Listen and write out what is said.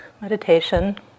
meditation